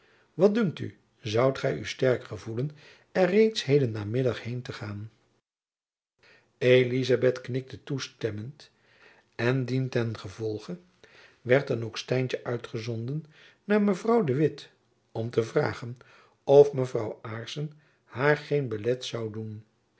wat dunkt u zoudt gy u sterk gevoelen er reeds heden namiddag heen te gaan elizabeth knikte toestemmend en dien ten gevolge werd dan ook stijntjen uitgezonden naar mevrouw de witt om te vragen of mevrouw aarssen haar geen belet zoû doen